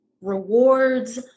Rewards